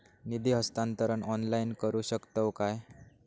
निधी हस्तांतरण ऑनलाइन करू शकतव काय?